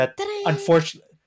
Unfortunately